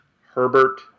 Herbert